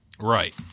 Right